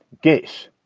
geshe.